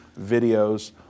videos